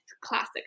classic